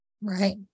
Right